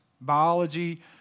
Biology